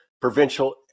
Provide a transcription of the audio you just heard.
provincial